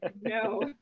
no